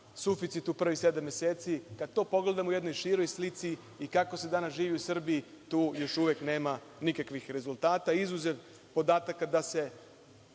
suficitu u prvih sedam meseci, kada to pogledamo u jednoj široj slici i kako se danas živi u Srbiji, tu još uvek nema nikakvih rezultata izuzev podataka da se